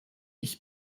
ich